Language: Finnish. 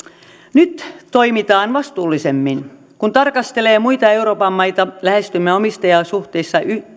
nyt toimitaan vastuullisemmin kun tarkastelee muita euroopan maita lähestymme omistajasuhteissa